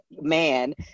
man